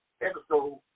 episode